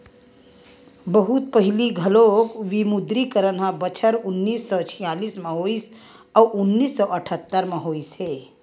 बहुत पहिली घलोक विमुद्रीकरन ह बछर उन्नीस सौ छियालिस म होइस अउ उन्नीस सौ अठत्तर म होइस हे